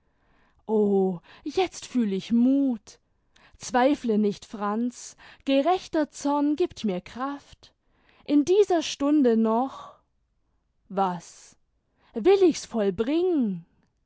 o jetzt fühl ich muth zweifle nicht franz gerechter zorn giebt mir kraft in dieser stunde noch was will ich's vollbringen